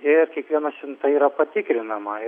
ir kiekviena siunta yra patikrinama